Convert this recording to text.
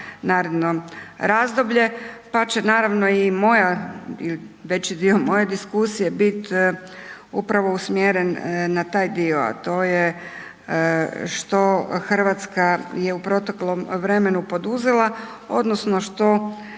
naredno razdoblje, pa će naravno i moja i veći dio moje diskusije bit upravo usmjeren na taj dio, a to je što RH je u proteklom vremenu poduzela, odnosno što